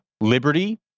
liberty